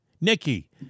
Nikki